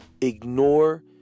ignore